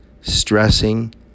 stressing